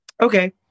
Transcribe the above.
Okay